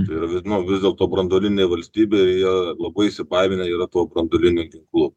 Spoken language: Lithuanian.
tai yra vidno vis dėlto branduolinė valstybė į ją labai įsipainioję yra tuo branduoliniu ginklu